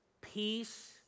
peace